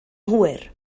hwyr